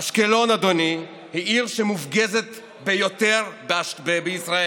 אשקלון, אדוני, היא העיר המופגזת ביותר בישראל,